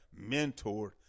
mentored